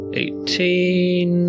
eighteen